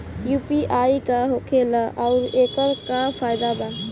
UPI का होखेला आउर एकर का फायदा बा?